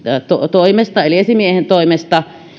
toimesta eli esimiehen toimesta